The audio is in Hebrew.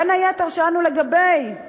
בין היתר שאלנו לגבי